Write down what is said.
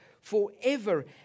forever